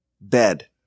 bed